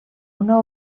una